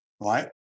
right